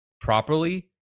properly